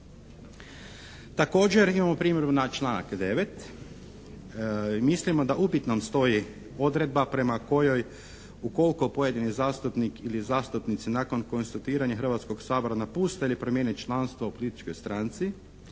Također imamo primjedbu na članak 9. Mislimo da opet nam stoji odredba prema kojoj ukoliko pojedini zastupnik ili zastupnica nakon konstituiranja Hrvatskog sabora napusti ili promijeni članstvo u političkoj stranci